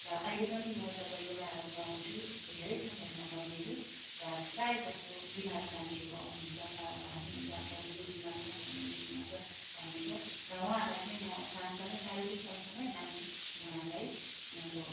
र अहिले पनि म जब योगाहरू गराउँछु अब धेरै समयमा गर्नेहरू र प्राय जस्तो बिमारी मान्छेहरू आउनुहुन्छ र भन्नुहुन्छ मेरोमा यो बिमार छ मेरोमा यो बिमार छ भन्नुहुन्छ र उहाँहरूलाई मो सँगसँगौ शारीरिक सँगसँगै मानसिक उहाँहरूलाई अब